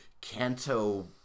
Canto